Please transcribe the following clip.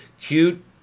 cute